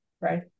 right